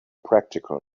practical